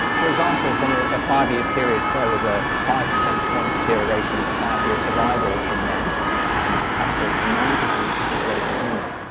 for example from ah a five year period there was a five percent and point deterioration in the five year survival in men and perhaps ah a nine percent deterioration in women.